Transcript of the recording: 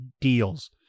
deals